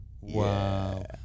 Wow